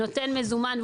נותן מזומן,